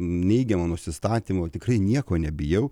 neigiamo nusistatymo tikrai nieko nebijau